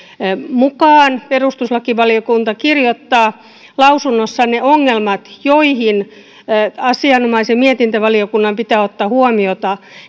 mukaan perustuslakivaliokunta kirjoittaa lausunnossaan ne ongelmat joihin asianomaisen mietintövaliokunnan pitää kiinnittää huomiota